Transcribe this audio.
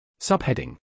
Subheading